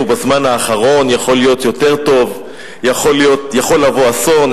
בזמן האחרון,/ יכול להיות יותר טוב,/ יכול לבוא אסון./